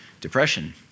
depression